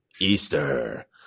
Easter